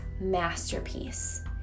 masterpiece